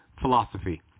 philosophy